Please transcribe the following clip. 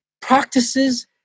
practices